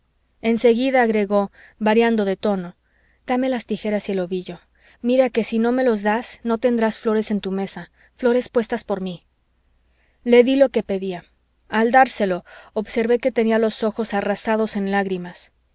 seguida agregó variando de tono dame las tijeras y el ovillo mira que si no me los das no tendrás flores en tu mesa flores puestas por mí le dí lo que pedía al dárselo observé que tenía los ojos arrasados en lágrimas